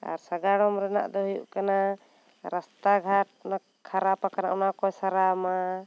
ᱟᱨ ᱥᱟᱜᱟᱲᱚᱢ ᱨᱮᱱᱟᱜ ᱫᱚ ᱦᱩᱭᱩᱜ ᱠᱟᱱᱟ ᱨᱟᱥᱛᱟ ᱜᱷᱟᱴ ᱠᱷᱟᱨᱟᱵ ᱟᱠᱟᱱᱟ ᱚᱱᱟ ᱠᱚᱭ ᱥᱟᱨᱟᱣ ᱢᱟ